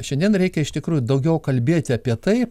šiandien reikia iš tikrųjų daugiau kalbėti apie tai